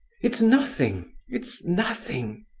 it's nothing, it's nothing!